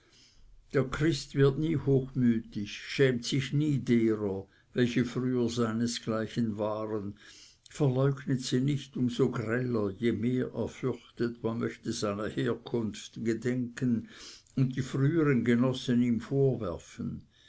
der christ wird nie hochmütig schämt sich nie derer welche früher seinesgleichen waren verleugnet sie nicht um so greller je mehr er fürchtet man möchte seiner herkunft gedenken und die frühern genossen ihm vorwerfen